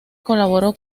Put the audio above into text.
colaboró